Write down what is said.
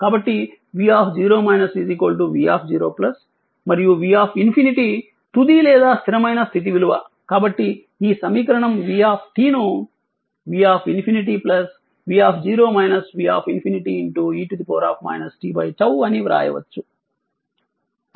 కాబట్టి v v0 మరియు v∞ తుది లేదా స్థిరమైన స్థితి విలువ కాబట్టి ఈ సమీకరణం v ను V∞ v V∞ e t 𝜏 అని వ్రాయవచ్చు